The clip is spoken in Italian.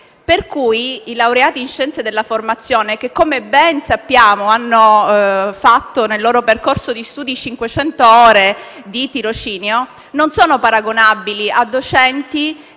Per cui, i laureati in scienze della formazione, che, come ben sappiamo, hanno fatto nel loro percorso di studi 500 ore di tirocinio, non sono paragonabili a docenti